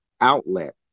outlet